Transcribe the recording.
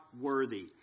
worthy